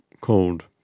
called